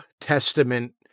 testament